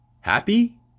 happy